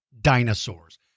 dinosaurs